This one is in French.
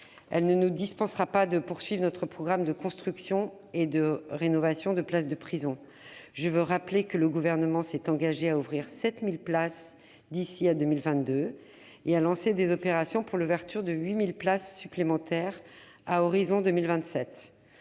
Elle ne nous dispensera pas non plus de poursuivre notre programme de construction et de rénovation de places de prison. Je veux rappeler que le Gouvernement s'est engagé à ouvrir 7 000 places d'ici à 2022 et à lancer des opérations pour l'ouverture de 8 000 places supplémentaires à l'horizon de 2027.